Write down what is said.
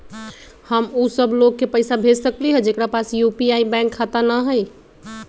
हम उ सब लोग के पैसा भेज सकली ह जेकरा पास यू.पी.आई बैंक खाता न हई?